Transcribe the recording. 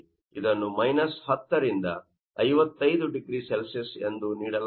ಇದನ್ನು 10 ರಿಂದ 55 0C ಎಂದು ನೀಡಲಾಗಿದೆ